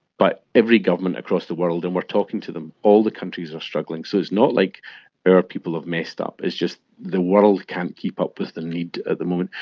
but every government across the world, and we are talking to them, all the countries are struggling. so it's not like our people have messed up, it's just the world can't keep up with the need at the moment.